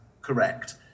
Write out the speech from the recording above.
correct